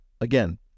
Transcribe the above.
again